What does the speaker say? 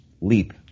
leap